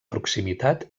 proximitat